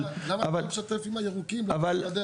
למה אתה לא משתף עם הירוקים את הגדר?